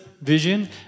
vision